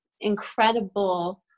incredible